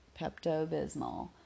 Pepto-Bismol